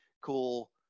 cool